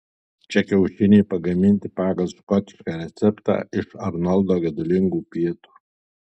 čia kiaušiniai pagaminti pagal škotišką receptą iš arnoldo gedulingų pietų